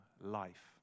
life